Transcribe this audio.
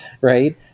Right